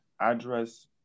address